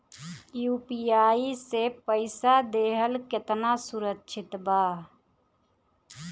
UPI से पईसा देहल केतना सुरक्षित बा?